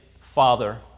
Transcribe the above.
Father